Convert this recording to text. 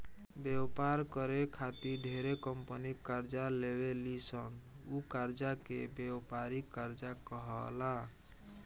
व्यापार करे खातिर ढेरे कंपनी कर्जा लेवे ली सन उ कर्जा के व्यापारिक कर्जा कहाला